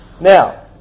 Now